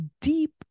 deep